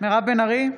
מירב בן ארי,